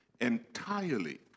entirely